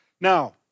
Now